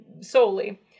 solely